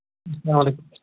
اَسلام علیکُم